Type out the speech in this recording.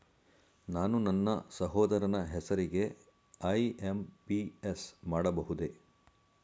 ನಾನು ನನ್ನ ಸಹೋದರನ ಹೆಸರಿಗೆ ಐ.ಎಂ.ಪಿ.ಎಸ್ ಮಾಡಬಹುದೇ?